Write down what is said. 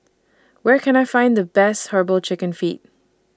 Where Can I Find The Best Herbal Chicken Feet